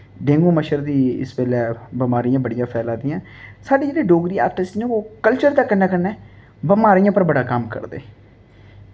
dengue मच्छर दी इस बेल्लै बमारियां बड़ियां फैला दियां साढ़े जेह्ड़े डोगरी आर्टिस्ट न ओह् कल्चर दे कन्नै कन्नै बमारियें उप्पर बड़ा कम्म करदे